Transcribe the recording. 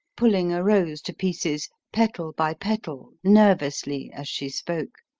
pulling a rose to pieces, petal by petal, nervously, as she spoke,